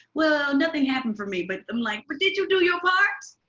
well, nothing happened for me, but i'm like, but did you do your part?